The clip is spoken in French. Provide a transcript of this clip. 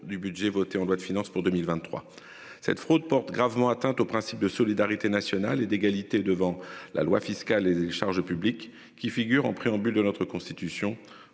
du budget voté en loi de finances pour 2023. Cette fraude porte gravement atteinte au principe de solidarité nationale et d'égalité devant la loi fiscale et les charges publiques qui figure en préambule de notre constitution,